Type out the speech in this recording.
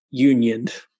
unioned